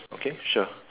okay sure